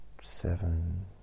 seven